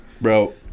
Bro